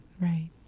right